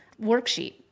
worksheet